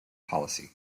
policy